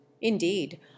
indeed